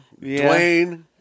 Dwayne